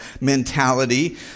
mentality